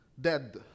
dead